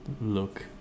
look